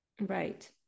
Right